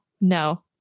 no